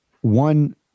one